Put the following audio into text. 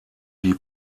die